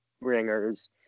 ringers